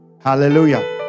hallelujah